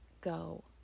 go